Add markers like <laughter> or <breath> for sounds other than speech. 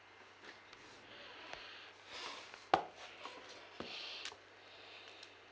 <breath> <breath>